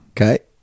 Okay